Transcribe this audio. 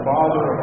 Father